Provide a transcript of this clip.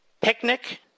Picnic